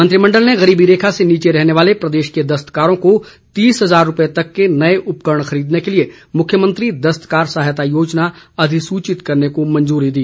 मंत्रिमंडल ने गरीबी रेखा से नीचे रहने वाले प्रदेश के दस्तकारों को तीस हजार रुपए तक के नए उपकरण खरीदने के लिए मुख्यमंत्री दस्तकार सहायता योजना अधिसूचित करने की मंजूरी भी दी